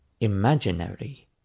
imaginary